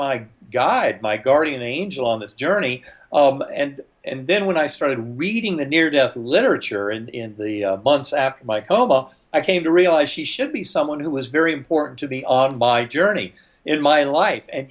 my guide my guardian angel on this journey and and then when i started reading the near death literature and in the months after my coma i came to realize she should be someone who was very important to be on by a journey in my life and